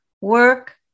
work